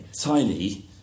tiny